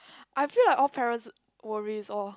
I feel like all parents worries orh